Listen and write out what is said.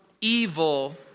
Evil